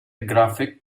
graphic